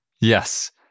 Yes